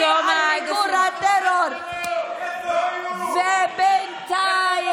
תומך בטרור כל יום וכל לילה.